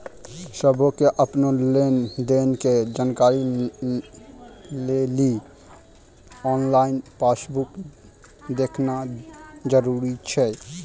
सभ्भे के अपनो लेन देनो के जानकारी लेली आनलाइन पासबुक देखना जरुरी छै